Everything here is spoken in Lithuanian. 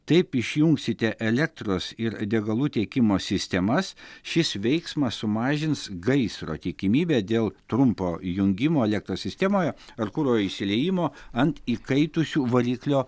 taip išjungsite elektros ir degalų tiekimo sistemas šis veiksmas sumažins gaisro tikimybę dėl trumpo jungimo elektros sistemoje ar kuro išsiliejimo ant įkaitusių variklio